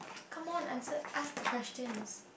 come on answer ask the questions